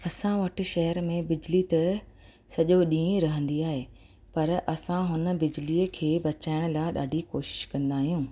असां वटि शहर में बिजली त सॼो ॾींहुं रहंदी आहे पर असां हुन बिजलीअ खे बचाइण लाइ ॾाढी कोशिश कंदा आहियूं